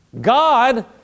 God